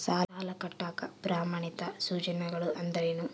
ಸಾಲ ಕಟ್ಟಾಕ ಪ್ರಮಾಣಿತ ಸೂಚನೆಗಳು ಅಂದರೇನು?